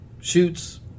shoots